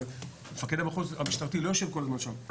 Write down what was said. הרי מפקד המחוז המשטרתי לא יושב כל הזמן שם.